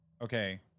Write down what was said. Okay